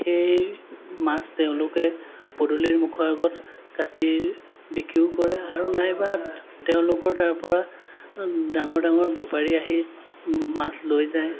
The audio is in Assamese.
সেই মাছ তেওঁলোকে পদূলিৰ মুখৰ আগত কাটি বিক্ৰীও কৰে আৰু নাইবা তেওঁলোকৰ তাৰপৰা ডাঙৰ ডাঙৰ বেপাৰী আহি মাছ লৈ যায়